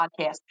podcast